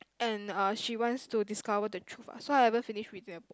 and uh she wants to discover the truth ah so I haven't finish reading that book